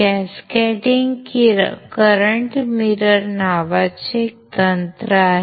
cascading current mirror नावाचे एक तंत्र आहे